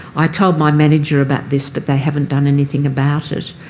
i told my manager about this but they haven't done anything about it.